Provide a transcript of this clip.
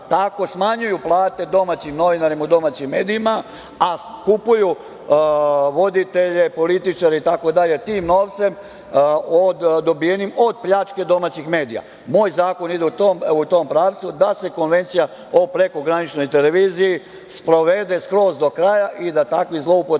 Tako smanjuju plate domaćim novinarima u domaćim medijima, a kupuju voditelje, političare itd. tim novcem dobijenim od pljačke domaćih medija. Moj zakon ide u tom pravcu da se Konvencija o prekograničnoj televiziji sprovede skroz do kraja i da takvih zloupotreba